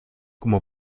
como